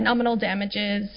nominal damages